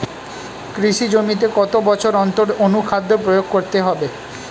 কৃষি জমিতে কত বছর অন্তর অনুখাদ্য প্রয়োগ করতে হবে?